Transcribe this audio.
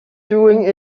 doing